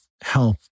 help